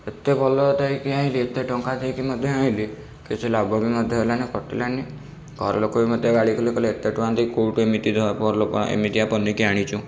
ଏତେ ଭଲ ଦେଇକି ଆଣିଲି ଏତେ ଟଙ୍କା ଦେଇକି ମଧ୍ୟ ଆଣିଲି କିଛି ଲାଭ ବି ମଧ୍ୟ ହେଲାନି କଟିଲାନି ଘର ଲୋକବି ମୋତେ ଗାଳି କଲେ ଏତେ ଟଙ୍କା ଦେଇକି କେଉଁଠୁ ଏମିତି ଭ ଭଲ ଏମିତିଆ ପନିକି ଆଣିଛୁ